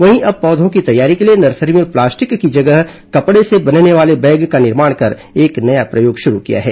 वहीं अब पौधों की तैयारी के लिए नर्सरी में प्लास्टिक की जगह कपड़े से बनने वाले बैग का निर्माण कर एक नया प्रयोग शुरू किया है